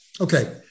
Okay